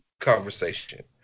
conversation